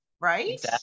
right